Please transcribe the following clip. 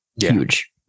Huge